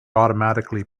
automatically